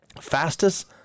fastest